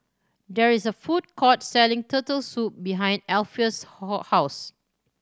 there is a food court selling Turtle Soup behind Alpheus' house